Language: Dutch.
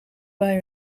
bij